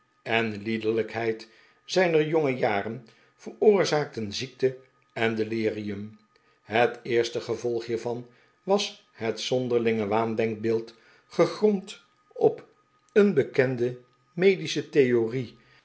en liederlijkheid zijner jonge jaren veroorzaakten ziekte en delirium het eerste gevolg hiervan was het zonderlinge waandenkbeeld gegrond op een bekende medische theorie